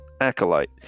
Acolyte